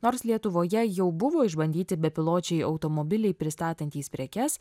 nors lietuvoje jau buvo išbandyti bepiločiai automobiliai pristatantys prekes